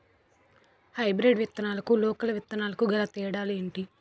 Hybrid విత్తనాలకు local విత్తనాలకు గల తేడాలు ఏంటి?